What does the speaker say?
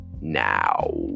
now